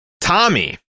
Tommy